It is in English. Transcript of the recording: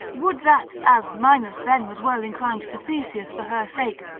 would that, as minos then was well inclined to theseus for her sake,